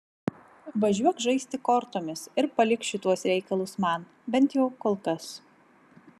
važiuok žaisti kortomis ir palik šituos reikalus man bent jau kol kas